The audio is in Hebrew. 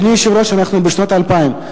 אדוני היושב-ראש, אנחנו בשנות האלפיים.